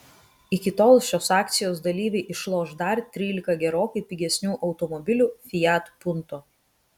iki tol šios akcijos dalyviai išloš dar trylika gerokai pigesnių automobilių fiat punto